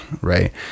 right